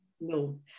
no